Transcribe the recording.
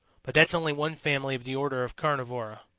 but that's only one family of the order of carnivora,